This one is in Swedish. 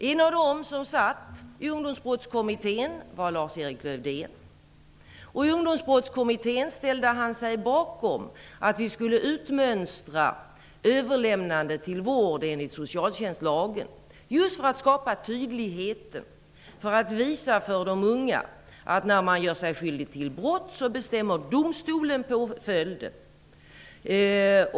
En av dem som satt i Ungdomsbrottskommittén var Lars-Erik Lövdén. I Ungdomsbrottskommittén ställde han sig bakom att vi skulle utmönstra överlämnande till vård enligt socialtjänstlagen just för att skapa tydlighet och för att visa för de unga att när man gör sig skyldig till brott bestämmer domstolen påföljden.